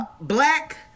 Black